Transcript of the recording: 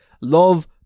love